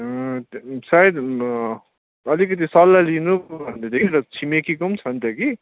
अँ सायद अँ अलिकति सल्लाह लिनु भन्दै थियो कि छिमेकीको पनि छ नि त कि